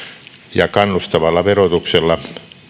ja kannustavalla verotuksella